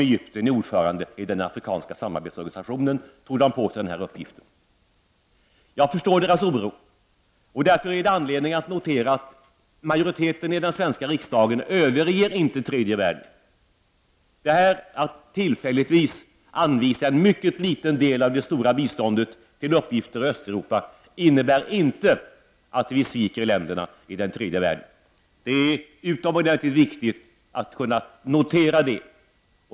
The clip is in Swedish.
Egypten är ju ordförande i den afrikanska samarbetsorganisationen och tog därför på sig den här uppgiften. Jag förstår dess oro. Det finns därför anledning att notera att majoriteten i den svenska riksdagen inte överger tredje världen. Att man tillfälligtvis anvisar en mycket liten del av det stora biståndet till Östeuropa innebär inte att vi sviker länderna i den tredje världen. Det är utomordentligt viktigt att kunna notera det.